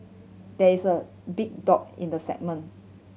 there is a big dog in the segment